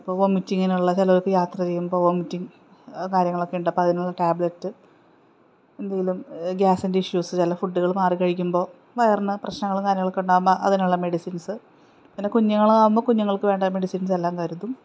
ഇപ്പോള് വോമിറ്റിങ്ങിനുള്ള ചിലർക്ക് യാത്ര ചെയ്യുമ്പോള് വോമിറ്റിംഗ് കാര്യങ്ങളൊക്കെയുണ്ട് അപ്പോള് അതിനുള്ള ടാബ്ലെറ്റ് എന്തെങ്കിലും ഗ്യാസിൻ്റെ ഇഷ്യൂസ് ചില ഫുഡ്ഡുകള് മാറിക്കഴിക്കുമ്പോള് വയറിന് പ്രശ്നങ്ങളും കാര്യങ്ങളുമൊക്കെ ഉണ്ടാകുമ്പോള് അതിനുള്ള മെഡിസിൻസ് പിന്നെ കുഞ്ഞുങ്ങളാകുമ്പോള് കുഞ്ഞുങ്ങൾക്ക് വേണ്ട മെഡിസിൻസ് എല്ലാം കരുതും